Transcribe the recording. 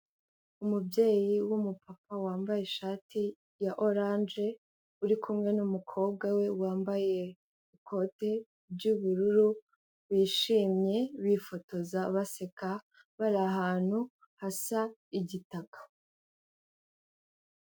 Umubyeyi w'umupapa wambaye ishati ya oranje, uri kumwe n'umukobwa we wambaye ikote ry'ubururu, bishimye bifotoza baseka bari ahantu hasa igitaka.